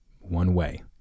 one-way